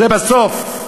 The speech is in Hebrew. זה בסוף,